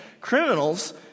criminals